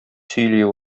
сөйли